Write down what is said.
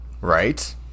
Right